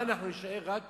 מה, אנחנו נישאר רק